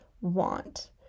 want